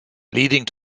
leading